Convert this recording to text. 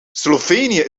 slovenië